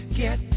get